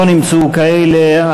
לא נמצאו כאלה.